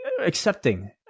accepting